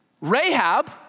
Rahab